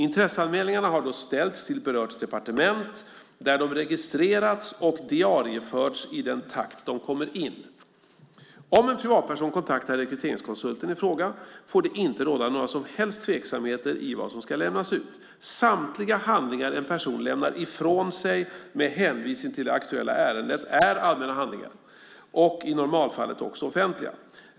Intresseanmälningarna har då ställts till berört departement där de registreras och diarieförs i den takt de kommer in. Om en privatperson kontaktar rekryteringskonsulten ifråga får det inte råda några som helst tveksamheter i vad som ska lämnas ut. Samtliga handlingar en person lämnat ifrån sig i med hänvisning till det aktuella ärendet är allmänna handlingar och, i normalfallet, också offentliga.